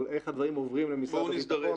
אבל איך הדברים עוברים למשרד הביטחון,